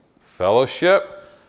fellowship